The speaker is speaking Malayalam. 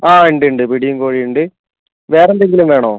അ ഉണ്ട് ഉണ്ട് പിടിയും കോഴിയും ഉണ്ട് വേറെ എന്തെങ്കിലും വേണൊ